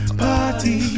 party